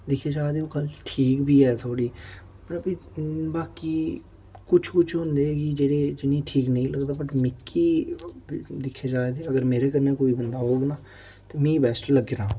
दिक्खेआ जा ते ओह् गल्ल ठीक बी ऐ थोह्ड़ी पर बाकी कुछ कुछ होंदे कि जेह्ड़े जिनेंगी ठीक नेईं लगदा बट मिकी दिक्खेआ जाए ते अगर मेरे कन्नै कोई बंदा होग न ते मि बैस्ट लग्गना